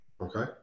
Okay